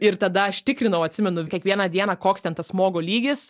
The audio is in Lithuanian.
ir tada aš tikrinau atsimenu kiekvieną dieną koks ten tas smogo lygis